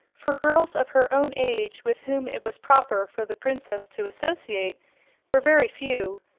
for girls of her own age with whom it was proper for the princess to associate were very few,